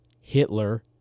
Hitler